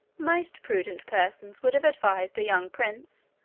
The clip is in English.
most prudent persons would have advised a young prince,